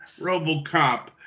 robocop